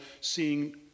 seeing